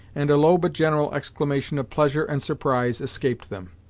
and a low but general exclamation of pleasure and surprise escaped them.